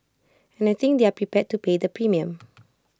and I think they're prepared to pay the premium